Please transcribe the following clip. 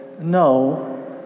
no